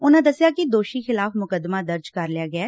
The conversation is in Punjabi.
ਉਨੂਾ ਦਸਿਆ ਕਿ ਦੋਸ਼ੀ ਖਿਲਾਫ਼ ਮੁਕੱਦਮਾ ਦਰਜ ਕਰ ਲਿਆ ਗਿਐ